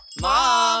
Mom